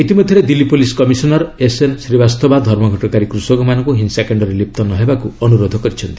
ଇତିମଧ୍ୟରେ Delhi police commissioner SN Srivastava ଧର୍ମଘଟକାରୀ କୃଷକମାନଙ୍କୁ ହିଂସାକାଣ୍ଡରେ ଲିପ୍ତ ନ ହେବାକୁ ଅନୁରୋଧ କରିଛନ୍ତି